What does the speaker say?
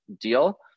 deal